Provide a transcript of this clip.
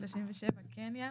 (37) קניה,